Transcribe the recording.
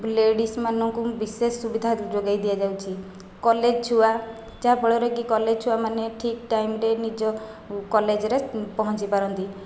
ଲେଡ଼ିଜ୍ମାନଙ୍କୁ ବିଶେଷ ସୁବିଧା ଯୋଗାଇ ଦିଆଯାଉଛି କଲେଜ୍ ଛୁଆ ଯାହାଫଳରେ କି କଲେଜ୍ ଛୁଆ ମାନେ ଠିକ୍ ଟାଇମ୍ରେ ନିଜ କଲେଜ୍ରେ ପହଞ୍ଚିପାରନ୍ତି